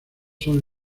son